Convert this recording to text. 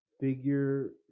figure